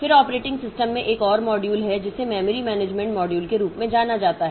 फिर operating system में एक और मॉड्यूल है जिसे मेमोरी मैनेजमेंट मॉड्यूल के रूप में जाना जाता है